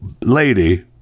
lady